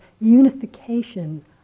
unification